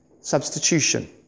substitution